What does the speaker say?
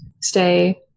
stay